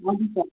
हजुर सर